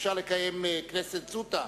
אי-אפשר לקיים כנסת זוטא.